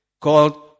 called